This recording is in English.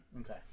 okay